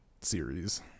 series